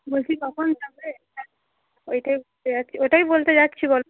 বলছি কখন যাবে ওইটাই বলতে যাচ্ছি ওটাই বলতে যাচ্ছি বলো